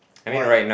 why